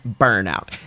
Burnout